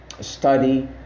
study